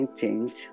change